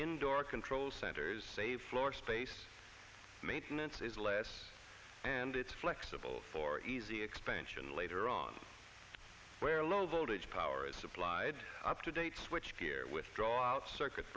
indoor control centers save floor space maintenance is less and it's flexible for easy expansion later on where a low voltage power is supplied up to date switch gear with draw out circuit